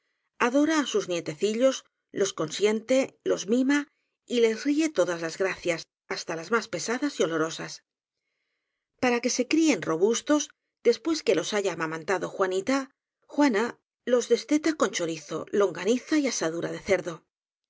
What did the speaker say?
adora á sus nietecillos los consiente los mima y les ríe todas las gracias hasta las más pesadas y olorosas para que se críen robustos después que los ha amamantado juanita juana los desteta con chori zo longaniza y asadura de cerdo